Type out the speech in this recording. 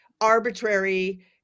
arbitrary